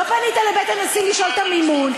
לא פנית אל בית הנשיא לשאול על המימון.